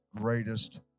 greatest